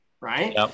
right